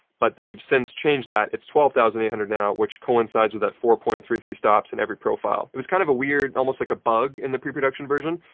but they've since changed that. it's twelve thousand eight hundred now, which coincides with that four point three three stops in every profile. it was kind of a weird, almost like a bug in the pre-production version.